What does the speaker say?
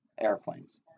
airplanes